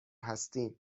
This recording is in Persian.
هستیم